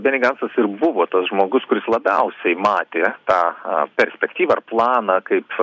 beni gancas ir buvo tas žmogus kuris labiausiai matė tą perspektyvą ar planą kaip